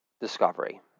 discovery